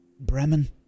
Bremen